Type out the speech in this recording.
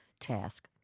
task